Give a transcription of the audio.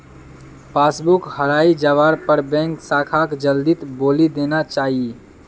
passbook हराई जवार पर बैंक शाखाक जल्दीत बोली देना चाई